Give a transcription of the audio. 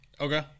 Okay